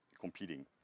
competing